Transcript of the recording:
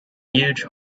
huge